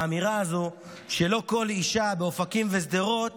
באמירה הזו שלא כל אישה באופקים ושדרות